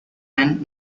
and